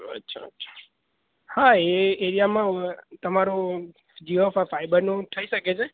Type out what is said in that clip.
અચ્છા અચ્છા હા એ એરિયામાં તમારો જીઓ ફાઈબરનો થઈ શકે છે